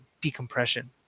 decompression